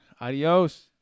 Adios